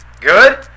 Good